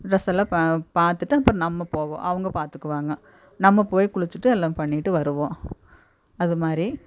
dress எல்லாம் பா பார்த்துட்டு அப்புறோம் நம்ம போவோம் அவங்க பார்த்துக்குவாங்க நம்ம போய் குளிச்சிவிட்டு எல்லா பண்ணிவிட்டு வருவோம் அதுமாதிரி